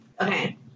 Okay